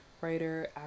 writer